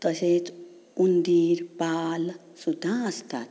तशेंच हुंदीर पाल सुद्दां आसतात